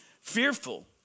fearful